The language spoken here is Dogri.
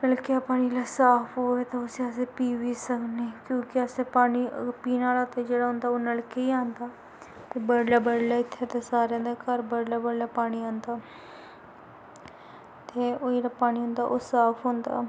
नलके दा पानी जेल्लै साफ होवै तां उस्सी अस पी बी सकने क्योंकि असें पानी पीने आह्ला ते जेह्ड़ा होंदा ओह् नलकै गै औंदा बडलै बडलै इत्थै ते सारें दे घर बडलै बडलै पानी औंदा ते ओह् जेह्ड़ा पानी होंदा ओह् साफ होंदा